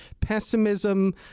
pessimism